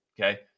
okay